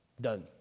Done